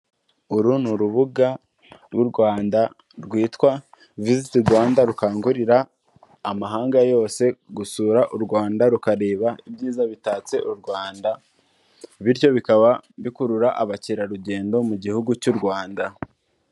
Uru ni urubuga rw'u Rwanda rwitwa viziti Rwanda, rukangurira amahanga yose gusura u Rwanda rukareba ibyiza bitatse u Rwanda, bityo bikaba bikurura abakerarugendo mu gihugu cy'u Rwanda.